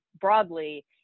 broadly